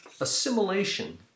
assimilation